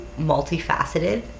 multifaceted